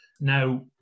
Now